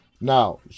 Now